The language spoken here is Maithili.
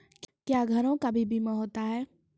क्या घरों का भी बीमा होता हैं?